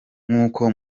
nk’uko